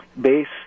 base